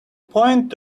point